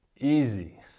easy